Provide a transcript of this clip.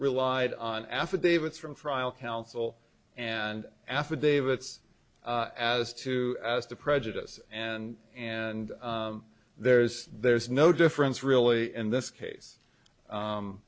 relied on affidavits from trial counsel and affidavits as to as to prejudice and and there's there's no difference really in this case